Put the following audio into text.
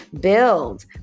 build